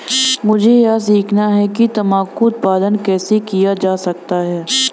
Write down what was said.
मुझे यह सीखना है कि तंबाकू उत्पादन कैसे किया जा सकता है?